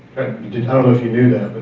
i don't know if you knew that,